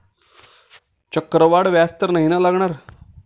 चक्रवाढ व्याज तर नाही ना लागणार?